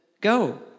go